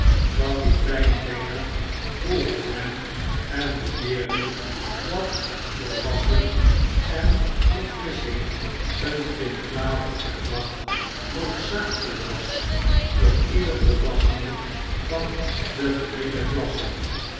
kapitein banger volgde hem en beweerde dat voor wasschen en verfrissching een pint water per dag noodzakelyk was voor ieder volwassene van degeringere klassen